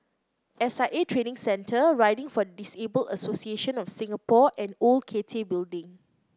S I A Training Centre Riding for the Disabled Association of Singapore and Old Cathay Building